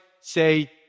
Say